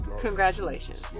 congratulations